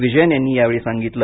विजयन यांनी या वेळी सांगितलं